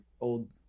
old